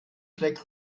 fleck